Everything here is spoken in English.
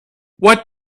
what